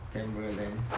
camera lens